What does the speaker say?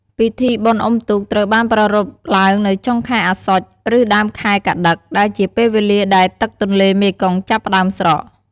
ពិធីបុណ្យអុំទូក ត្រូវបានប្រារព្ធឡើងនៅចុងខែអស្សុជ ឬដើមខែកត្តិក ដែលជាពេលវេលាដែលទឹកទន្លេមេគង្គចាប់ផ្តើមស្រក។